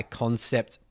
concept